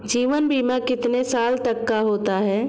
जीवन बीमा कितने साल तक का होता है?